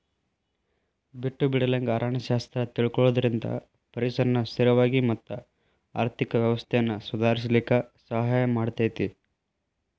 ಬಿಟ್ಟು ಬಿಡಲಂಗ ಅರಣ್ಯ ಶಾಸ್ತ್ರ ತಿಳಕೊಳುದ್ರಿಂದ ಪರಿಸರನ ಸ್ಥಿರವಾಗಿ ಮತ್ತ ಆರ್ಥಿಕ ವ್ಯವಸ್ಥೆನ ಸುಧಾರಿಸಲಿಕ ಸಹಾಯ ಮಾಡತೇತಿ